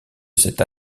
cette